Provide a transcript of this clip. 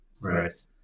right